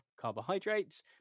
carbohydrates